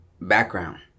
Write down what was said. background